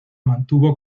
mantuvo